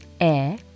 air